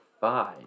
five